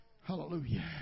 Hallelujah